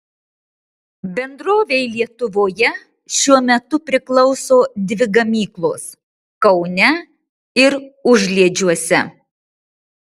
bendrovei lietuvoje šiuo metu priklauso dvi gamyklos kaune ir užliedžiuose